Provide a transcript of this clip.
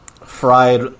fried